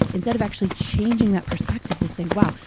instead of actually changing that perspective to say, wow,